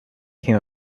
came